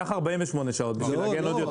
קח 48 שעות, כדי להגן עוד יותר.